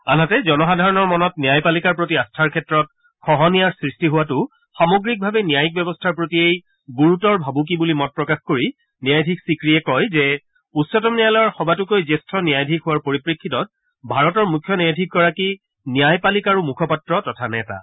আনহাতে জনসাধাৰণৰ মনত ন্যায়পালিকাৰ প্ৰতি আস্বাৰ ক্ষেত্ৰত খহনীয়াৰ সৃষ্টি হোৱাটো সামগ্ৰিকভাৱে ন্যায়িক ব্যৱস্থাৰ প্ৰতিয়েই গুৰুতৰ ভাবুকি বুলি মত প্ৰকাশ কৰি ন্যায়াধীশ ছিক্ৰিয়েই কয় যে উচ্চতম ন্যায়ালয়ৰ সবাতোকৈ জ্যেষ্ঠ ন্যায়াধীশ হোৱাৰ পৰিপ্ৰেক্ষিতত ভাৰতৰ মুখ্য ন্যায়াধীশগৰাকী ন্যায়পালিকাৰো মুখপাত্ৰ তথা নেতা